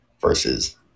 versus